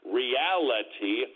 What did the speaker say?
reality